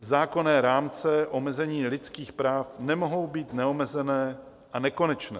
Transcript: Zákonné rámce omezení lidských práv nemohou být neomezené a nekonečné.